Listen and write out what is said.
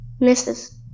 Mrs